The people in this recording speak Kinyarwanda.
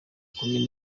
kumi